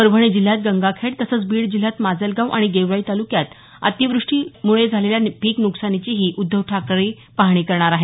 परभणी जिल्ह्यात गंगाखेड तसंच बीड जिल्ह्यात माजलगाव आणि गेवराई तालुक्यात अतिवृष्टीमुळे झालेल्या पीक न्कसानाची उद्धव ठाकरे पाहणी करत आहेत